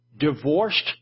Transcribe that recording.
divorced